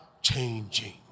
changing